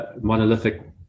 monolithic